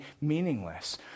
meaningless